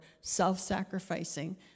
self-sacrificing